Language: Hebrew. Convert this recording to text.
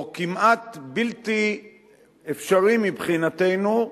או כמעט בלתי אפשרי מבחינתנו,